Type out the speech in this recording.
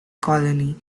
colony